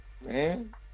man